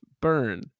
Burn